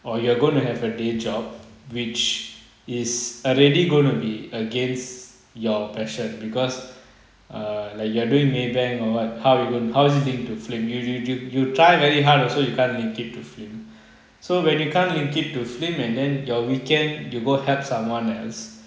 or you're gonna have a day job which is already gonna be against your passion because err like you are doing Maybank or what how you gonn~ how is it linked to film you you you try very hard also you can't link it to film so when you can't link it to film and then your weekend you go help someone else